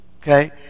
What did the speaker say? okay